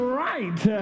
right